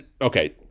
okay